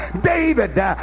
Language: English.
David